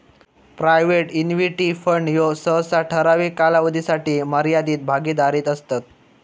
private equity fund ह्ये सहसा ठराविक कालावधीसाठी मर्यादित भागीदारीत असतत